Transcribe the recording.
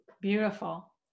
Beautiful